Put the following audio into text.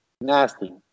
Nasty